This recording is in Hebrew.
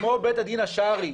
כמו בית הדין השרעי,